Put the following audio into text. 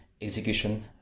execution